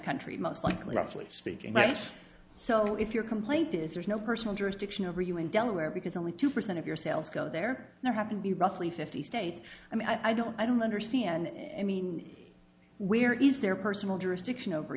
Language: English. country most likely roughly speaking nice so if your complaint is there's no personal jurisdiction over you in delaware because only two percent of your sales go there there have to be roughly fifty states i mean i don't i don't understand i mean where is their personal jurisdiction over